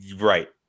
Right